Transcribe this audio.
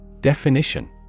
Definition